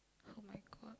oh my god